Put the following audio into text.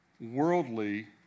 worldly